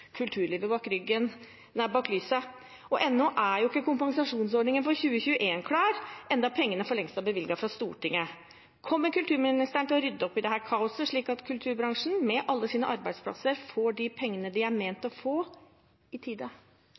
bak lyset». Og ennå er ikke kompensasjonsordningen for 2021 klar, enda pengene for lengst er bevilget fra Stortinget. Kommer kulturministeren til å rydde opp i dette kaoset, slik at kulturbransjen med alle sine arbeidsplasser får de pengene de er ment å få, i